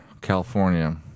California